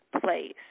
place